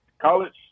College